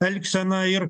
elgseną ir